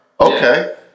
Okay